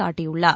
சாட்டியுள்ளார்